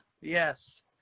yes